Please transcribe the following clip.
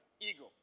ego